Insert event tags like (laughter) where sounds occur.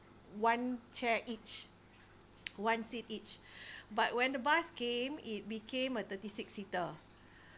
one chair each one seat each (breath) but when the bus came it became a thirty six seater